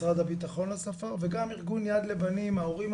משרד הבטחון לא ספר וגם ארגון יד לבנים,